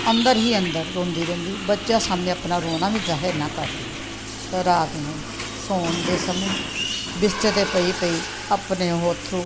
ਅੰਦਰ ਹੀ ਅੰਦਰ ਰੋਂਦੀ ਰਹਿੰਦੀ ਬੱਚਿਆਂ ਸਾਹਮਣੇ ਆਪਣਾ ਰੋਣਾ ਵੀ ਜ਼ਾਹਿਰ ਨਾ ਕਰਦੀ ਰਾਤ ਨੂੰ ਸੌਣ ਦੇ ਸਮੇਂ ਬਿਸਤਰੇ 'ਤੇ ਪਈ ਪਈ ਆਪਣੇ ਉਹ ਅੱਥਰੂ